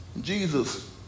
Jesus